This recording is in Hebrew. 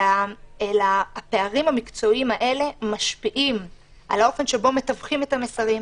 אלא פערים מקצועיים שמשפיעים על האופן שבו מתווכים את המסרים,